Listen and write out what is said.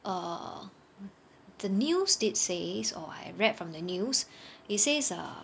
err the news state says or I read from the news it says err